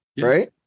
right